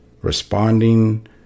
Responding